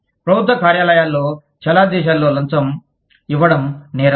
ప్రభుత్వ కార్యాలయాల్లో చాలా దేశాలలో లంచం ఇవ్వడం నేరం